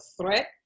threat